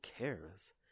cares